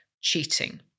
cheating